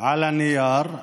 על הנייר,